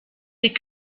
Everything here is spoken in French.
des